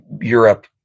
Europe